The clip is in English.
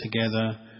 together